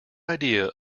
idea